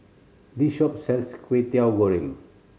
this shop sells Kway Teow Goreng